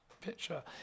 picture